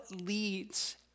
leads